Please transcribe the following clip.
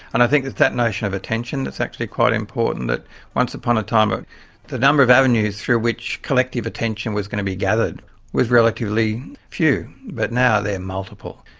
and i think it's that notion of attention that's actually quite important that once upon a time ah the number of avenues through which collective attention was going to be gathered was relatively few. but now they're multiple.